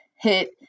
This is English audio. hit